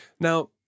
now